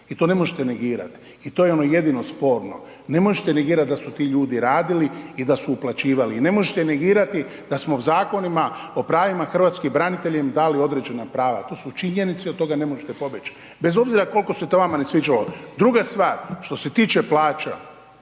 i to ne možete negirati i to je ono jedino sporno, ne možete negirati da su ti ljudi radili i da su uplaćivali i ne možete negirati da smo zakonima o pravima hrvatskih branitelja dali im određena prava, to su činjenice i od toga ne možete pobjeći, bez obzira koliko se to vama ne sviđalo. Druga stvar, što se tiče plaća,